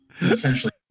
essentially